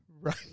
Right